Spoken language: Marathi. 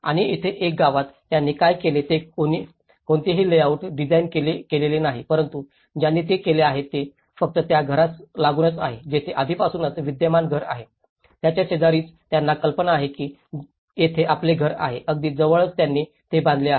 आणि इथे या गावात त्यांनी काय केले ते कोणतेही लेआउट डिझाइन केलेले नाही परंतु त्यांनी जे केले ते फक्त त्या घरास लागूनच आहे जिथे आधीपासूनच विद्यमान घर आहे त्याच्या शेजारीच त्यांना कल्पना आहे की येथे आपले घर आहे अगदी जवळच त्यांनी ते बांधले आहे